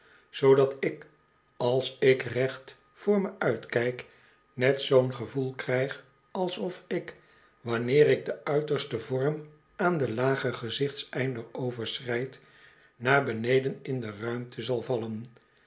zoodat ik als ik reci voor me uitkijk net zoo'n gevoel krijg alsof ik wanneer ik den uitersten vorm aan den lagen gezichtseinder overschrijd naar beneden in de ruimte zal vallen